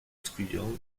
truands